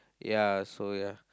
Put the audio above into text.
ya so ya